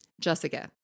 Jessica